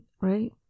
right